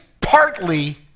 partly